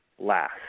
last